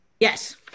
Yes